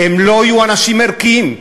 לא יהיו אנשים ערכיים,